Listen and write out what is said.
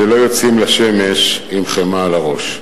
שלא יוצאים לשמש עם חמאה על הראש.